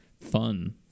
fun